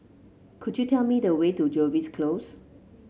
could you tell me the way to Jervois Close